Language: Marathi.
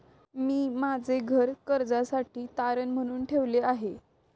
मी माझे घर कर्जासाठी तारण म्हणून ठेवले आहे